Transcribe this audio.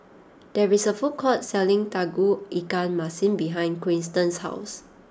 there is a food court selling Tauge Ikan Masin behind Quinten's house